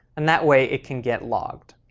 and that way it can get logged.